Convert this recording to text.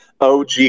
OG